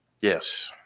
Yes